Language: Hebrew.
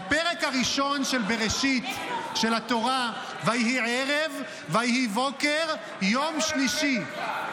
בפרק הראשון של בראשית של התורה: "ויהי ערב ויהי בֹקר יום שלישי".